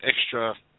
extra